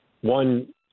one